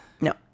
No